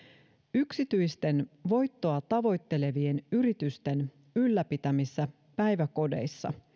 yksityisten voittoa tavoittelevien yritysten ylläpitämissä päiväkodeissa